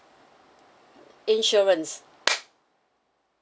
insurance